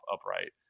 upright